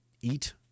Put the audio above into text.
eat